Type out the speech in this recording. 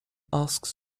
asks